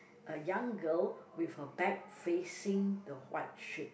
a young girl with her bag facing the white sheet